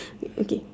ya okay